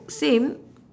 same